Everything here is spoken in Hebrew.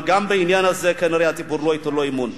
אבל גם בעניין הזה כנראה שהציבור לא ייתן בו אמון.